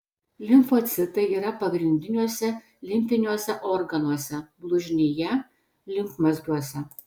limfocitai yra pagrindiniuose limfiniuose organuose blužnyje limfmazgiuose